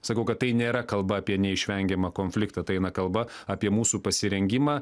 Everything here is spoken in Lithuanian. sakau kad tai nėra kalba apie neišvengiamą konfliktą tai eina kalba apie mūsų pasirengimą